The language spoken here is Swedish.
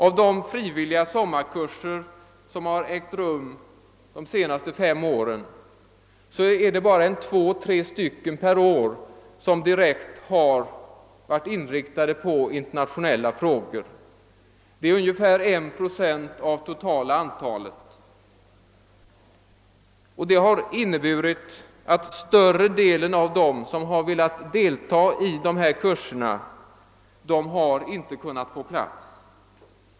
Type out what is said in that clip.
Av de frivilliga sommarkurser som ägt rum under de senaste fem åren har bara två tre stycken per år varit direkt inriktade på internationella frågor. Det är ungefär 1 procent av det totala antalet. Detta har inneburit att större delen av dem som velat delta i kurserna inte kunnat få plats.